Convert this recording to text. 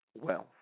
wealth